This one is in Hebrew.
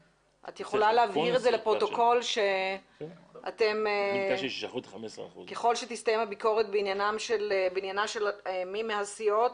את יכולה להבהיר לפרוטוקול שככל שתסתיים הביקורת בעניינה של מי מהסיעות